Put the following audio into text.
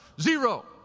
zero